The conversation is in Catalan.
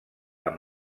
amb